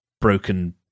broken